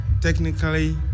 technically